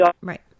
Right